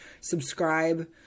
Subscribe